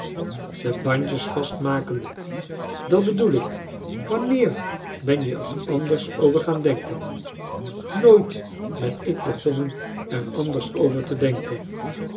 de bandjes vastmakende dat bedoel ik wanneer ben je er anders over gaan denken nooit ben ik begonnen er anders over te denken